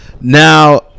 Now